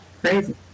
Crazy